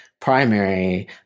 primary